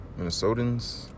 Minnesotans